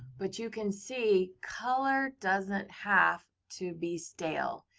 but you can see, color doesn't have to be stale.